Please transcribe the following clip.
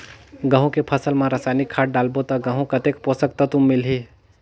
गंहू के फसल मा रसायनिक खाद डालबो ता गंहू कतेक पोषक तत्व मिलही?